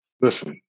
listen